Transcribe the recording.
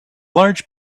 large